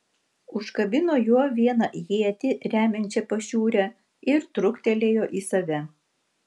užkabino juo vieną ietį remiančią pašiūrę ir truktelėjo į save